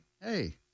hey